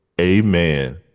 Amen